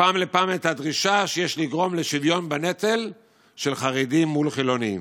מפעם לפעם את הדרישה שיש לגרום לשוויון בנטל של חרדים מול חילונים.